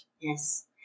yes